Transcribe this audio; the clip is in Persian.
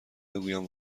بگویم